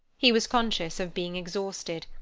he was conscious of being exhausted,